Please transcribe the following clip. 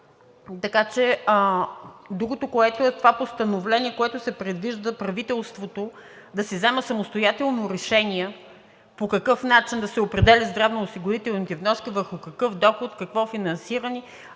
предлага. Другото, което е, това постановление, с което се предвижда правителството да си вземе самостоятелно решение по какъв начин да се определят здравноосигурителните вноски, върху какъв доход, какво финансиране,